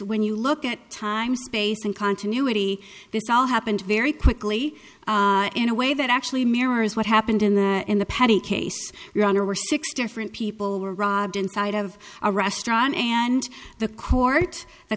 when you look at time space and continuity this all happened very quickly in a way that actually mirrors what happened in the in the petit case yonder were six different people were robbed inside of a restaurant and the court the